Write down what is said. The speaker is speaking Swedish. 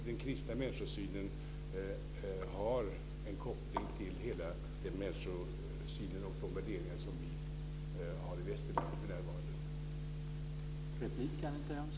Den kristna människosynen har en koppling till den människosyn och de värderingar som man för närvarande har i västerlandet.